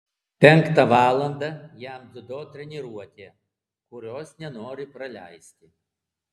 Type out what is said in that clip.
penktą valandą jam dziudo treniruotė kurios nenori praleisti